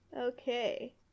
Okay